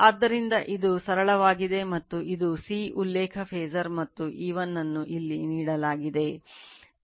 ಆದ್ದರಿಂದ ಇದು ಸರಳವಾಗಿದೆ ಮತ್ತು ಇದು C ಉಲ್ಲೇಖ ಫಾಸರ್ ಮತ್ತು E1 ಅನ್ನು ಇಲ್ಲಿ ನೀಡಲಾಗಿದೆ